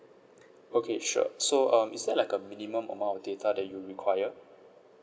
okay sure so um is there like a minimum amount of data that you require